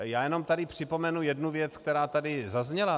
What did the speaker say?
Já jenom tady připomenu jednu věc, která tady zazněla.